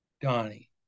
Donnie